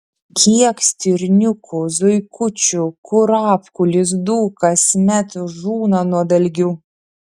kiek stirniukų zuikučių kurapkų lizdų kasmet žūna nuo dalgių